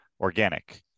organic